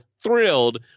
thrilled